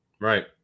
Right